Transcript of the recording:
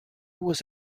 was